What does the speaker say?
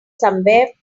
somewhere